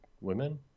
women